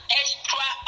extra